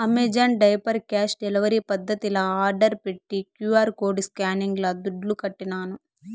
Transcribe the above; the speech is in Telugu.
అమెజాన్ డైపర్ క్యాష్ డెలివరీ పద్దతిల ఆర్డర్ పెట్టి క్యూ.ఆర్ కోడ్ స్కానింగ్ల దుడ్లుకట్టినాను